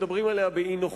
מדברים עליה באי-נוחות,